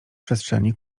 przestrzeni